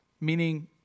meaning